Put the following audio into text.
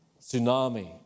tsunami